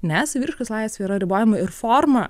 ne saviraiškos laisvė yra ribojama ir forma